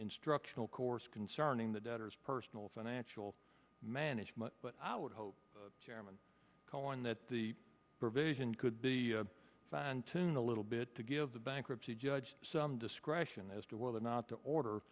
instructional course concerning the debtors personal financial management but i would hope that the provision could be fine tuning a little bit to give the bankruptcy judge some discretion as to whether or not to order